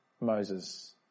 Moses